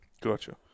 Gotcha